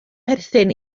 perthyn